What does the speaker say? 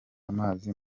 amazi